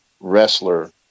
wrestler